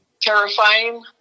Terrifying